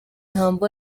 humble